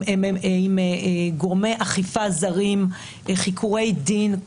עם גורמי אכיפה זרים וחיקורי דין.